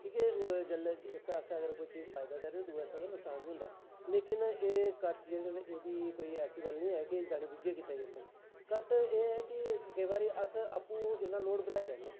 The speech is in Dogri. कि के इक पास्सै कोई चीज फायदा देआ दी ते दुऐ पास्सै नुकसान बी होंदा लेकिन कट्ट जेह्ड़े एह् नी ऐ किजानी बुज्झियै कीते जंदे न कट्ट एह् ऐ कि केईं बारी अस अप्पूं इन्ना लोड बधाई लैन्ने